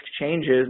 changes